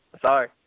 sorry